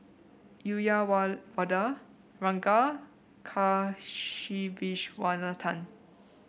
Uyyalawada Ranga Kasiviswanathan